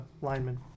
linemen